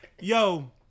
Yo